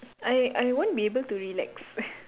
I I won't be able to relax